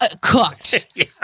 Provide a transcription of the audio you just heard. Cooked